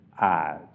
eyes